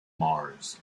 mars